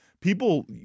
People